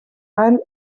allem